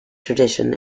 tradition